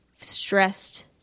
stressed